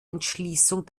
entschließung